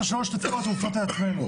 השאלות שצריכות להיות מופנות אל עצמנו.